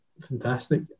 fantastic